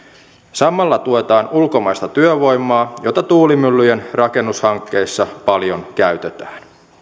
samalla tuetaan ulkomaista työvoimaa jota tuulimyllyjen rakennushankkeissa paljon käytetään